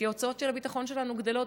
כי ההוצאות של הביטחון שלנו גדלות,